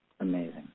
Amazing